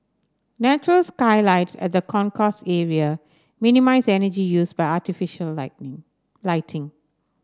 natural skylights at the concourse area minimise energy used by artificial lighting